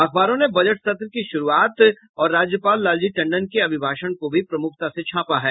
अखबारों ने बजट सत्र की शुरूआत और राज्यपाल लालजी टंडन के अभिभाषण को भी प्रमुखता से छापा है